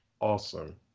awesome